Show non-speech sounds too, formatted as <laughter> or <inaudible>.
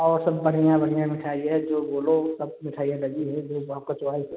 और सब बढिया बढिया मिठाई है जो बोलो वो सब मिठाइयाँ लगी है जो भी आपका चॉइस है <unintelligible>